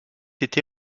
été